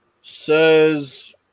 Says